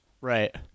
Right